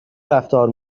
رفتار